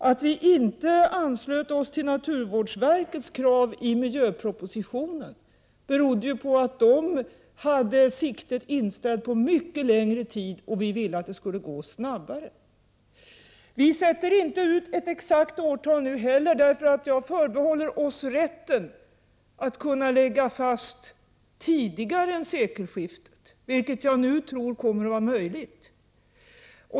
Att vi i miljöpropositionen inte anslöt oss till naturvårdsverkets krav berodde på att verket hade siktet inställt på mycket längre tid, och vi i regeringen ville att det skulle gå snabbare. Vi sätter inte ut ett exakt år nu heller. Jag förbehåller oss rätten att kunna lägga fast en tidpunkt tidigare än sekelskiftet, vilket jag nu tror kommer att vara möjligt.